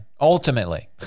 ultimately